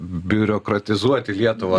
biuriokratizuoti lietuvą